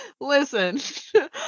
listen